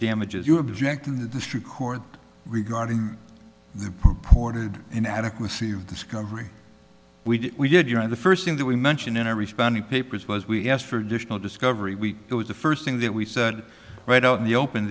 damages you object in the district court regarding the purported inadequacy of discovery we did during the first thing that we mentioned in our responding papers was we asked for additional discovery we it was the first thing that we said right out in the open